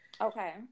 Okay